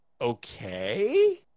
okay